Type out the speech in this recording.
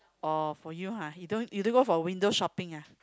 oh for you ah you don't you don't go for window shopping ah